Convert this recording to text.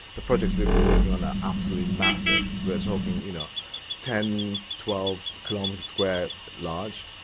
the projects we've been working on are absolutely massive. we're talking, you know ten, twelve kilometre square large,